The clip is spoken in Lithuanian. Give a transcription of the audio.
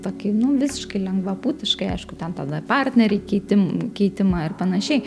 tokį nu visiškai lengvabūdiškai aišku ten tada partneriai keitim keitimą ir panašiai